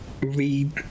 read